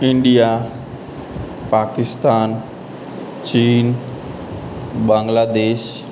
India Pakistan ચીન બાંગ્લાદેશ